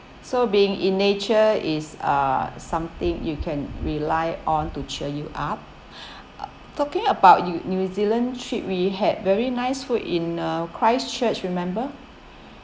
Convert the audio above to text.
so being in nature is uh something you can rely on to cheer you up uh talking about you new zealand trip we had very nice food in uh christchurch remember